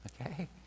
okay